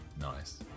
nice